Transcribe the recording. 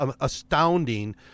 astounding